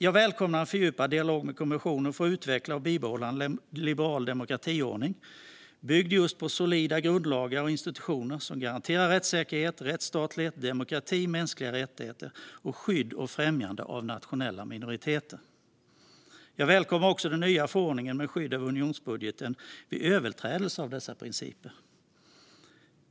Jag välkomnar en fördjupad dialog med kommissionen för att utveckla och bibehålla en liberal demokratiordning byggd just på solida grundlagar och institutioner som garanterar rättssäkerhet, rättsstatlighet, demokrati, mänskliga rättigheter och skydd och främjande av nationella minoriteter. Jag välkomnar också den nya förordningen med skydd av unionsbudgeten vid överträdelser av dessa principer.